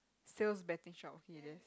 sales betting shop okay there's